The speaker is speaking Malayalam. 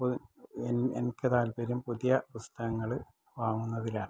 പൊതു എനിക്ക് താൽപ്പര്യം പുതിയ പുസ്തകങ്ങള് വാങ്ങുന്നതിലാണ്